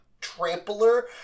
trampler